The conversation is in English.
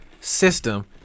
System